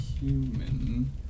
human